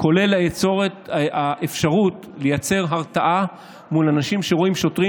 כולל אפשרות לייצר הרתעה מול אנשים שרואים שוטרים